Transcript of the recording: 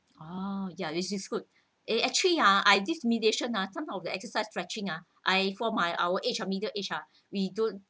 oh ya this is good eh actually ya I this meditation ah some of the exercise stretching ah I for my our age of middle age ah we don't